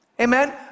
Amen